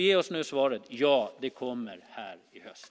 Ge oss nu svaret: Ja, det kommer här i höst.